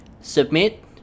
submit